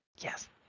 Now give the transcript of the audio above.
yes